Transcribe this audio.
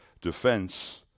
defense